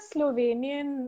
Slovenian